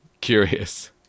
curious